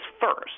first